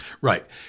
Right